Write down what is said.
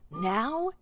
Now